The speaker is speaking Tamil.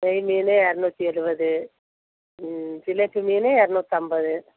நெய் மீன் இரநூத்தி எழுபது ம் ஜிலேபி மீன் இரநூத்தம்பது